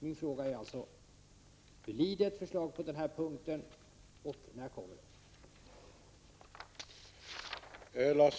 Min fråga är alltså: Blir det ett förslag på den här punkten och när kommer det?